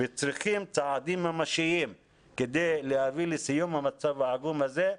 צריכים צעדים ממשיים כדי להביא לסיום המצב העגום הזה.